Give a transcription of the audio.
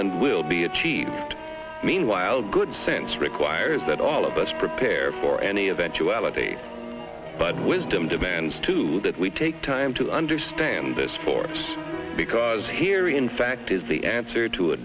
and will be achieved meanwhile good sense requires that all of us prepare for any eventuality but wisdom demands too that we take time to understand this force because here in fact is the answer to a